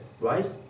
right